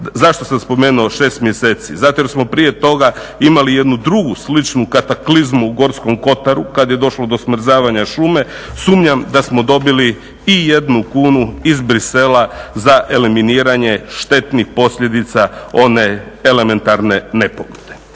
Zašto sam spomenuo šest mjeseci? Zato jer smo prije toga imali jednu drugu sličnu kataklizmu u Gorskom kotaru kad je došlo do smrzavanja šume. Sumnjam da smo dobili i jednu kunu iz Bruxellesa za eliminiranje štetnih posljedica one elementarne nepogode.